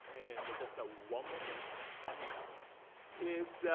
and just one more thing i have is